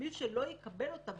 מי שלא יקבל אותה,